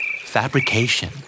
fabrication